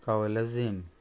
कावलझीम